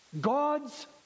God's